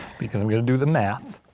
because we gotta do the math,